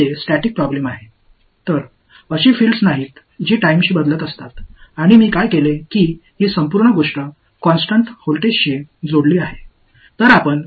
எனவே எந்த நேரமும் மாறுபடும் புலங்களும் இல்லை நான் என்ன செய்தேன் என்றாள் இந்த முழு விஷயத்தையும் ஒரு நிலையான மின்னழுத்தத்துடன் இணைத்துள்ளேன்